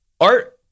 art